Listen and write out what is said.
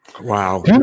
Wow